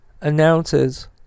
announces